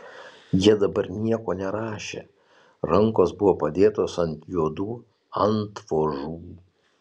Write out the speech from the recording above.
jie dabar nieko nerašė rankos buvo padėtos ant juodų antvožų